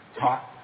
Talk